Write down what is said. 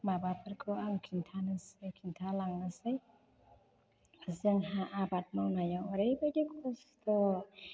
माबाफोरखौ आं खिन्थानोसै खिन्था लांनोसै जोंहा आबाद मावनायाव ओरैबायदि खस्थ'